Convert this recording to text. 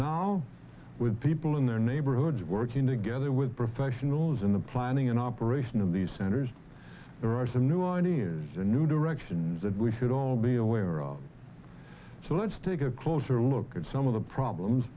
now with people in their neighborhoods working together with professionals in the planning and operation of these centers there are some new new directions and we should all be aware of so let's take a closer look at some of the problems